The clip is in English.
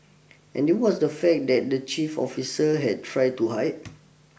and this was the fact that the chief officers had tried to hide